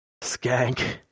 Skank